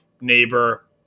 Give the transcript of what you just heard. neighbor